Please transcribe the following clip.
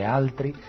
altri